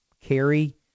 carry